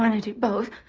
um and do both.